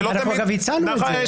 אגב אנחנו הצענו את זה.